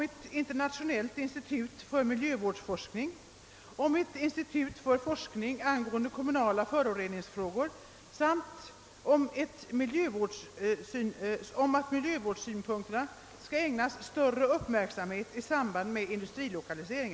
ett internationellt institut för miljövårdsforskning och ett institut för forskning angående kommunala föroreningsfrågor. Vidare föreslås att miljövårdssynpunkterna skall ägnas större uppmärksamhet i samband med industrilokalisering.